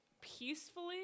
peacefully